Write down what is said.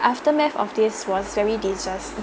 aftermath of this was very